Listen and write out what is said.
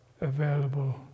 available